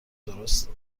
درسته